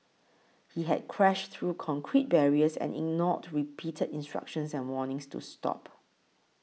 he had crashed through concrete barriers and ignored repeated instructions and warnings to stop